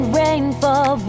rainfall